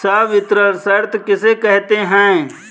संवितरण शर्त किसे कहते हैं?